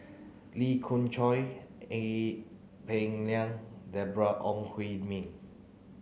Lee Khoon Choy Ee Peng Liang Deborah Ong Hui Min